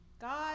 God